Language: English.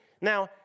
Now